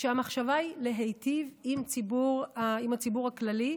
כשהמחשבה היא להיטיב עם הציבור הכללי,